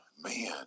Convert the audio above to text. man